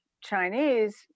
Chinese